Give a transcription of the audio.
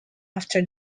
after